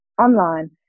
online